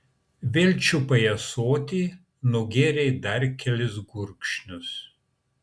vėl čiupai ąsotį nugėrei dar kelis gurkšnius